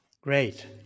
Great